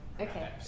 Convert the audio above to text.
Okay